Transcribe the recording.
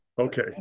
okay